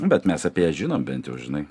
bet mes apie ją žinom bent jau žinai